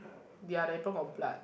ya the apron got blood